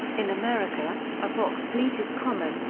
in america, a box pleat is common,